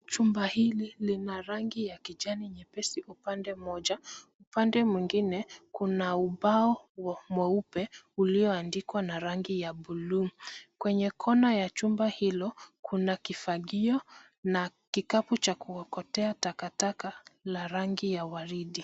Chumba hili lina rangi ya kijani nyepesi upande moja; upande mwingine kuna ubao mweupe ulioandikwa na rangi ya bluu. Kwenye kona ya chumba hilo kuna kifagio na kikapu cha kuokotea takataka la rangi ya waridi.